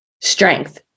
strength